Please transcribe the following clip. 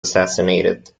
assassinated